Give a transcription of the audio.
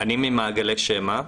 אני מ"מעגלי שמע",